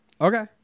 Okay